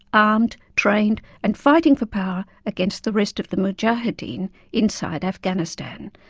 armed, trained and fighting for power against the rest of the mujahedeen inside afghanistan,